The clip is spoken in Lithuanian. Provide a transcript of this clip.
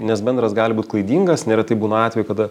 nes bendras gali būt klaidingas neretai būna atvejų kada